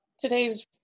Today's